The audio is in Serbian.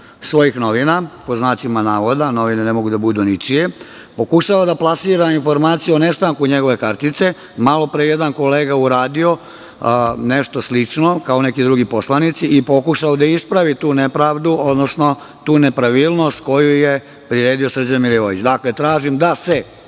svojih novina, pod znacima navoda jer novine ne mogu da budu ničije, pokušavaju da plasira informaciju o nestanku njegove kartice. Malo pre je jedan kolega uradio nešto slično kao neki drugi poslanici i pokušao da ispravi tu nepravdu, odnosno tu nepravilnost koju je priredio Srđan Milivojević. Znači, tražim da se